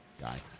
Guy